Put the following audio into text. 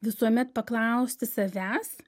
visuomet paklausti savęs